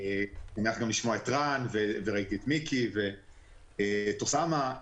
שמחתי לשמוע את רן, ראיתי את מיקי ואת אוסאמה.